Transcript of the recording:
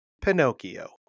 Pinocchio